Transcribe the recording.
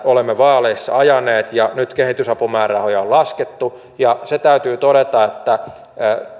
olemme vaaleissa ajaneet ja nyt kehitysapumäärärahoja on laskettu ja se täytyy todeta että